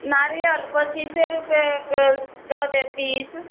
नारियल पचीसे रुपैए कोइ दऽ देत पीस